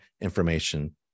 information